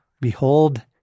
Behold